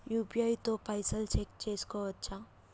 UPI తో పైసల్ check చేసుకోవచ్చా?